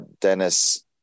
Dennis